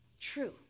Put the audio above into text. true